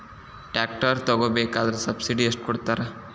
Tractor ತಗೋಬೇಕಾದ್ರೆ subsidy ಎಷ್ಟು ಕೊಡ್ತಾರ?